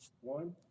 one